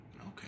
Okay